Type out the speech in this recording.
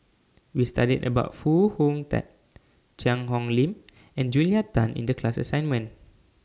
We studied about Foo Hong Tatt Cheang Hong Lim and Julia Tan in The class assignment